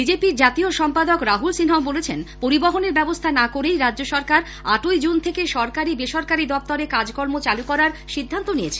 বিজেপির জাতীয় সম্পাদক রাহুল সিনহাও বলেছেন পরিবহণের ব্যবস্থা না করেই রাজ্য সরকার আটই জুন থেকে সরকারি বেসরকারি দপ্তরে কাজকর্ম চালু করার সিদ্ধান্ত নিয়েছে